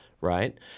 Right